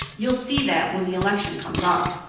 you'll see that when the election comes off.